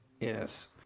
Yes